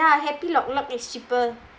happy lok lok is cheaper